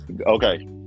Okay